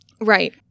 right